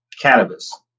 cannabis